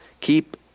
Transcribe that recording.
keep